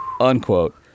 unquote